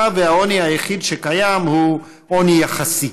והעוני היחיד שקיים הוא עוני יחסי.